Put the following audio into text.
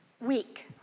week